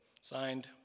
Signed